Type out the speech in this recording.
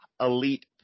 elite